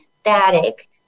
static